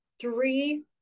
three